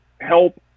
help